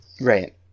Right